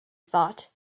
thought